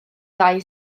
ddau